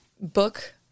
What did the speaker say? book